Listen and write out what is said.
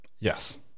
Yes